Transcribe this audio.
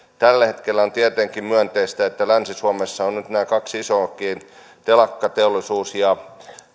tällä hetkellä on tietenkin myönteistä että länsi suomessa nyt nämä kaksi isoakin telakkateollisuus ja